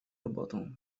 robotą